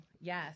Yes